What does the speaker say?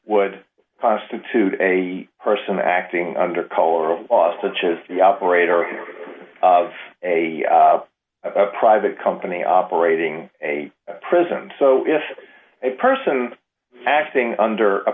would constitute a person acting under color of law such as the operator of a private company operating a prison so if a person acting under a